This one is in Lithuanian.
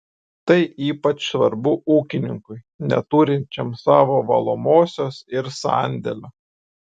tai ypač svarbu ūkininkui neturinčiam savo valomosios ir sandėlio